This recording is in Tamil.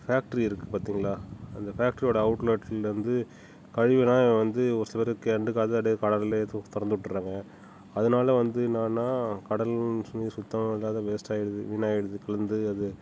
ஃபேக்ட்ரி இருக்கு பார்த்தீங்களா அந்த ஃபேக்ட்ரியோட அவுட்லெட்லிருந்து கழிவு எல்லாம் வந்து ஒரு சிலர் கண்டுக்காது அப்படியே கடல்லேயே து திறந்து விட்டுறாங்க அதனால் வந்து என்னென்னா கடலும் சு சுத்தம் இல்லாது வேஸ்ட் ஆகிடுது வீணாக ஆகிடுது கலந்து அது